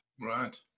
Right